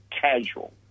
casual